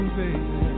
baby